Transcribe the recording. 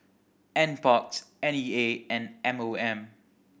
Nparks N E A and M O M